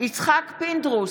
יצחק פינדרוס,